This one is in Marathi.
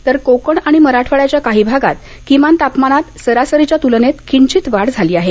तर कोकण आणि मराठवाड्याच्या काही भागात किमान तापमानात सरासरीच्या तुलनेत किंचित वाढ झाली आहे